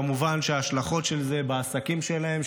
כמובן שההשלכות של זה על העסקים שלהם,